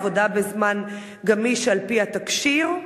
עבודה בזמן גמיש על-פי התקשי"ר?